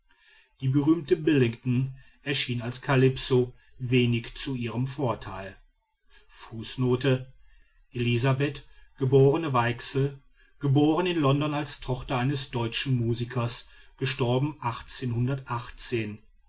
die berühmte billington erschien als calypso wenig zu ihrem vorteile fußnote elizabeth geb weichsel geboren in london als tochter eines deutschen musikers